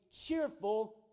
cheerful